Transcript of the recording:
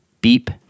Beep